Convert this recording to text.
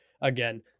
again